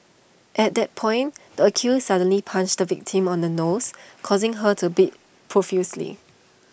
at that point the accused suddenly punched the victim on the nose causing her to bleed profusely